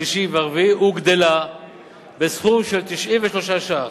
השלישי והרביעי הוגדלה בסכום של 93 ש"ח.